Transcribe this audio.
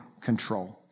control